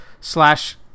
slash